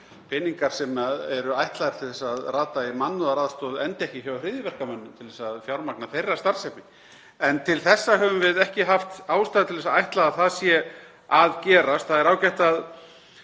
peningar sem eru ætlaðir til þess að rata í mannúðaraðstoð endi ekki hjá hryðjuverkamönnum til að fjármagna þeirra starfsemi. En til þessa höfum við ekki haft ástæðu til að ætla að það sé að gerast. Það er ágætt að